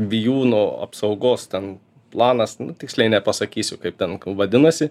vijūno apsaugos ten planas nu tiksliai nepasakysiu kaip ten vadinasi